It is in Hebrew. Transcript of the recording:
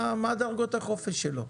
מה דרגות החופש שלו?